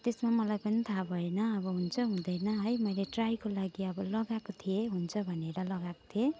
त्यसमा मलाई पनि थाहा भएन अब हुन्छ हुँदैन है मैले ट्राईको लागि अब लगाएको थिएँ हुन्छ भनेर लगाएको थिएँ